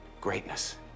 greatness